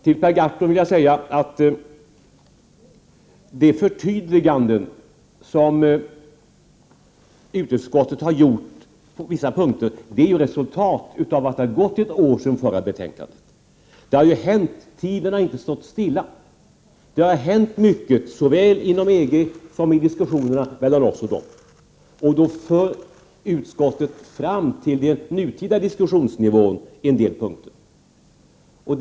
Till Per Gahrton vill jag säga att de förtydliganden som utskottet har gjort på vissa punkter är ett resultat av att det har gått ett år sedan förra betänkandet. Tiden har inte stått stilla, utan det har hänt mycket såväl inom EG som i diskussionerna mellan oss och EG. Då för utskottet fram, intill den nuvarande diskussionsnivån, en del punkter.